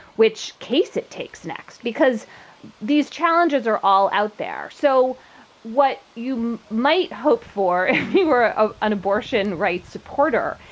which case it takes next, because these challenges are all out there. so what you might hope for, he were ah an abortion rights supporter.